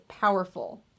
powerful